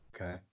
Okay